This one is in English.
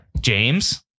James